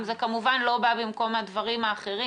זה כמובן לא בא במקום הדברים האחרים.